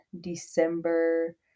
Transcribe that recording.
December